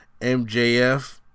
MJF